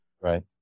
Right